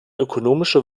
ökonomische